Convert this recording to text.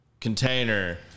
container